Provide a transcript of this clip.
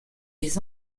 les